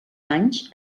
anys